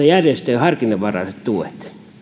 järjestöjen harkinnanvaraiset tuet